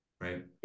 Right